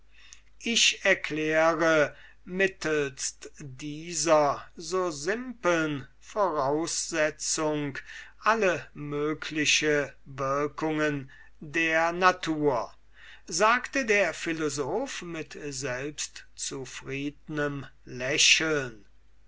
ich erkläre mittelst dieser so simpeln voraussetzung alle möglichen wirkungen der natur sagte der philosoph mit selbst zufriednem lächeln